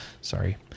Sorry